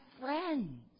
friends